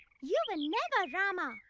you were never rama.